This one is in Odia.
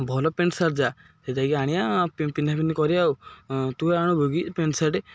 ଭଲ ପେଣ୍ଟ ସାର୍ଟ ଯାହା ସେଇଟାକି ଆଣିିବା ପିନ୍ଧା ପିନ୍ଧି କରିବା ଆଉ ତୁ ଆଣିବୁ କିି ପେଣ୍ଟ ସାର୍ଟ